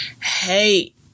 hate